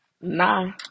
Nah